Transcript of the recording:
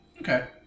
Okay